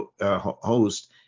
host